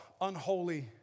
unholy